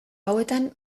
hauetan